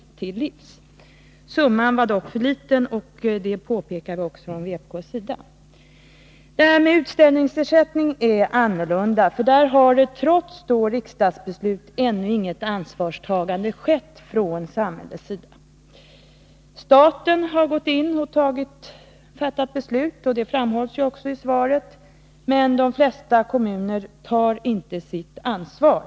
Det belopp som anslogs var dock för litet, och det påpekade vi också från vpk:s sida. Frågan om utställningsersättning är annorlunda. När det gäller den har trots riksdagsbeslut inget ansvarstagande från samhällets sida skett. Staten har fattat beslut i frågan, vilket också framhålls i svaret, men de flesta kommuner tar inte sitt ansvar.